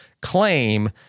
claim